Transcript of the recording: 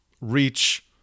reach